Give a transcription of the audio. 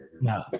No